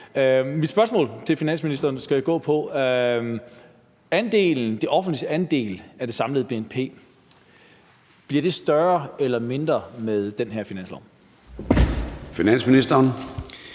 Mit spørgsmål til finansministeren går på det offentliges andel af det samlede bnp. Bliver det større eller mindre med den her finanslov? Kl.